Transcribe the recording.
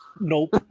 Nope